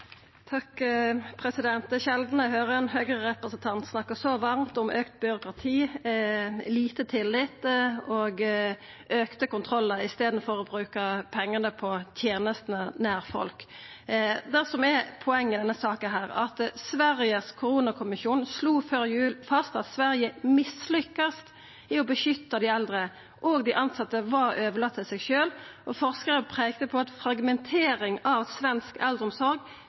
eg høyrer ein Høgre-representant snakke så varmt om auka byråkrati, lite tillit og auka kontrollar i staden for å bruka pengane på tenester nært folk. Det som er poenget i denne saka, er at koronakommisjonen i Sverige før jul slo fast at Sverige mislukkast med å beskytta dei eldre, og at dei tilsette var overlatne til seg sjølve. Og forskarar peikte på fragmenteringa av svensk eldreomsorg